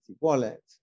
wallet